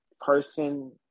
person